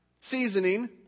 Seasoning